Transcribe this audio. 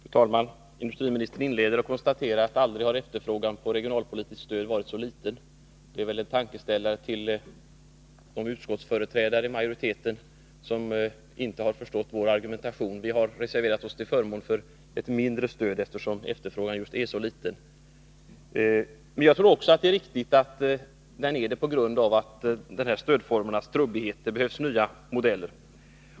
Fru talman! Industriministern inledde med att konstatera att efterfrågan på regionalpolitiskt stöd aldrig varit så liten som nu. Det kan kanske vara en tankeställare för de företrädare för utskottsmajoriteten som inte har förstått vår argumentation. Vi har reserverat oss till förmån för ett mindre stöd, bl.a. därför att efterfrågan är så liten. Men jag tror att det är riktigt att efterfrågan är liten också på grund av stödformernas trubbighet. Det behövs nya modeller.